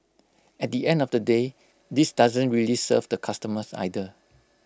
at the end of the day this doesn't really serve the customers either